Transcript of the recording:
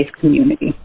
community